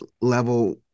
level